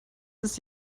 ist